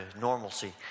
normalcy